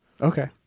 Okay